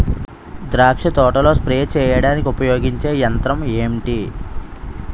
ద్రాక్ష తోటలో స్ప్రే చేయడానికి ఉపయోగించే యంత్రం ఎంటి?